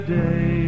day